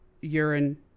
urine